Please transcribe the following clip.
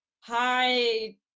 hi